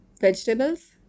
Vegetables